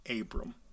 Abram